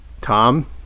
Tom